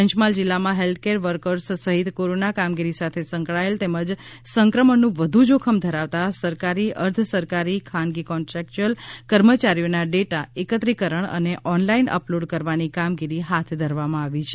પંચમહાલ જિલ્લામાં health care workers સહિત corona કામગીરી સાથે સંકળાયેલ તેમજ સંક્રમણનું વધુ જોખમ ધરાવતા સરકારી અર્ધ સરકારી ખાનગી કોન્ટ્રાકચ્યુલ કર્મચારીઓના ડેટા એકત્રીકરણ અને ઓનલાઈન અપલોડ કરવાની કામગીરી હાથ ધરવામાં આવી છે